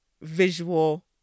visual